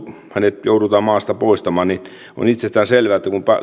hänet joudutaan maasta poistamaan niin on itsestään selvää että kun